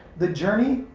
the journey?